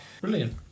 Brilliant